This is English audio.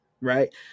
right